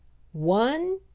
one,